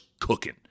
cooking